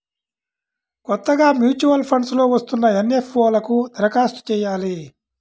కొత్తగా mutual funds లో వస్తున్న ఎన్.ఎఫ్.ఓ లకు దరఖాస్తు చెయ్యాలి